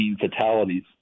fatalities